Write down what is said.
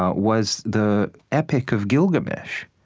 ah was the epic of gilgamesh.